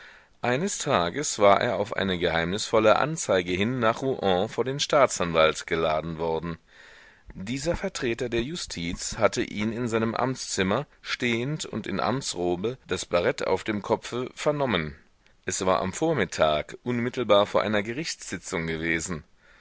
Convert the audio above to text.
eines tages war er auf eine geheimnisvolle anzeige hin nach rouen vor den staatsanwalt geladen worden dieser vertreter der justiz hatte ihn in seinem amtszimmer stehend und in amtsrobe das barett auf dem kopfe vernommen es war am vormittag unmittelbar vor einer gerichtssitzung gewesen